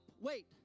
wait